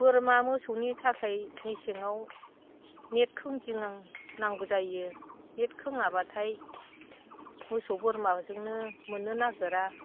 बोरमा मोसौनि थाखाय मेसेंआव नेट खोंथेनांगौ जायो नेट खोङाबाथाय मोसौ बोरमाजोंनो मोननो नागिरा